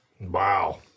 Wow